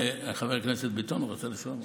חבר הכנסת ביטון רוצה לשאול משהו.